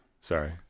Sorry